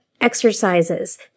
exercises